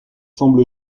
semble